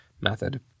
method